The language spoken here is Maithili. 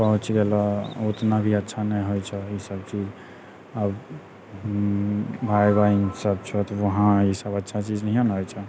पहुँचि गेलऽ ओतना भी अच्छा नहि होइ छै ई सब चीज आब माय बहिन सब छथि वहाँ ई सब चीज अच्छा नहिए ने होइ छऽ